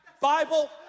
Bible